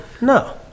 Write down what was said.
no